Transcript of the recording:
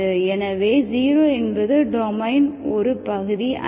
எனவே 0 என்பது டொமைன் ஒரு பகுதி அல்ல